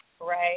right